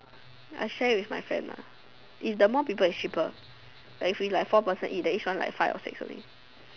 I share with my friend lah if the more people is cheaper like if we like four person eat then each one like five or six only